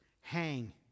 hang